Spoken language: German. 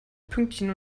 pünktchen